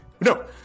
No